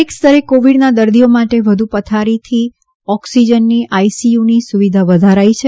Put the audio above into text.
દરેક સ્તરે કોવિડના દર્દીઓ માટે વધુ પથારીની ઓક્સિજનની આઈસીયુની સુવિધા વધારાઈ છે